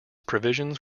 provisions